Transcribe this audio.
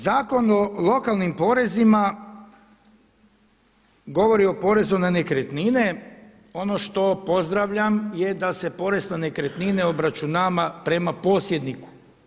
Zakon o lokalnim porezima govori o porezu na nekretnine, ono što pozdravljam je da se porez na nekretnine obračunava prema posjedniku.